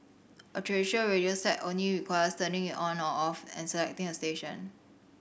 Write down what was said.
a traditional radio set only requires turning it on or off and selecting a station